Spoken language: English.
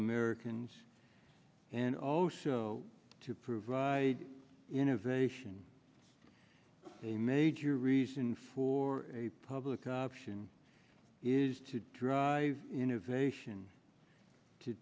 americans and also to provide innovation a major reason for a public option is to drive innovation to